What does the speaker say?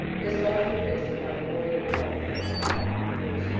his thoughts were fixed upon the northern part of it, upon ormuz,